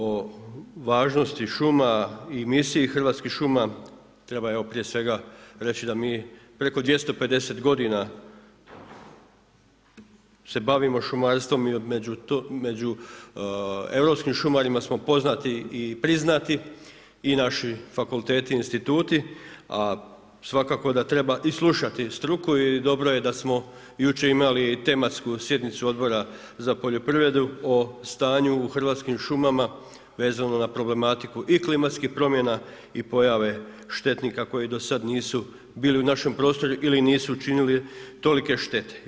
O važnosti šuma i misiji hrvatskih šuma, treba evo, prije svega reći da mi preko 250 godina se bavimo šumarstvo i od među europskim šumarima smo poznati i priznati i naši fakulteti i instituti, a svakako da treba i slušati struku i dobro je da smo jučer imali tematsku sjednicu Odbora za poljoprivredu o stanju u hrvatskim šumama vezano na problematiku i klimatskih promjena i pojave štetnika koji do sad nisu bili u našem prostoru ili nisu činili tolike štete.